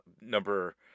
number